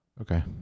Okay